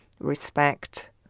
respect